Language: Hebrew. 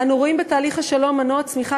אנו רואים בתהליך השלום מנוע צמיחה